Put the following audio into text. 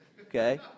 okay